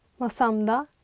Masamda